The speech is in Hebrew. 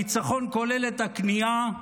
הניצחון כולל את הכניעה,